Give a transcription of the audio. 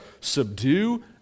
subdue